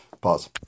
Pause